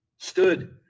stood